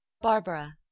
Barbara